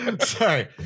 Sorry